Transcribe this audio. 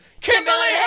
Kimberly